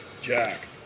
Jack